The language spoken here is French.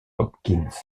hopkins